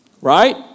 Right